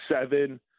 seven